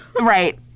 right